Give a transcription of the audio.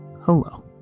hello